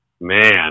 Man